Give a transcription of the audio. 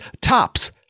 tops